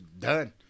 done